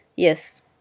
Yes